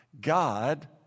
God